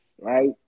right